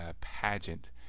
pageant